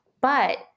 But-